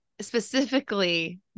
specifically